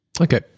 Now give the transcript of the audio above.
Okay